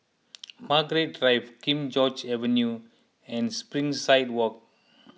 Margaret Drive King George's Avenue and Springside Walk